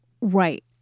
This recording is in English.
Right